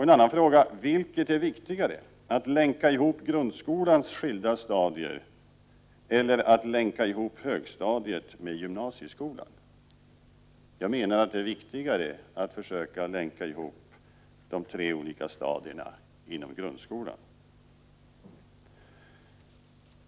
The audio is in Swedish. En annan fråga: Vilket är viktigast, att länka ihop grundskolans skilda stadier eller att länka ihop högstadiet med gymnasieskolan? Jag menar att det är viktigare att försöka länka ihop de tre olika stadierna inom grundskolan.